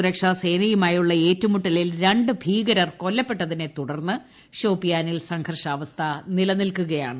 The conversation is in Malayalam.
സുരക്ഷാസേനയുമായുള്ള ഏറ്റുമുട്ടലിൽ രണ്ട് ഭീകരർ കൊല്ലപ്പെട്ടതിനെതുടർന്ന് ഷോപ്പിയാനിൽ സംഘർഷാവസ്ഥ നിലനിൽക്കുകയാണ്